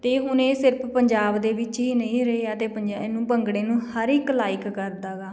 ਅਤੇ ਹੁਣ ਇਹ ਸਿਰਫ ਪੰਜਾਬ ਦੇ ਵਿੱਚ ਹੀ ਨਹੀਂ ਰਹੇ ਅਤੇ ਪ ਇਹਨੂੰ ਭੰਗੜੇ ਨੂੰ ਹਰ ਇੱਕ ਲਾਈਕ ਕਰਦਾ ਗਾ